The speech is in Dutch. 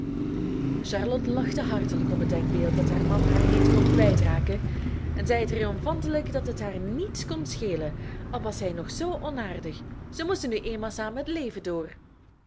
charlotte lachte hartelijk om het denkbeeld dat haar man haar niet kon kwijtraken en zei triomfantelijk dat het haar niets kon schelen al was hij nog zoo onaardig ze moesten nu eenmaal samen het leven door